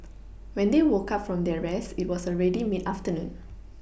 when they woke up from their rest it was already mid afternoon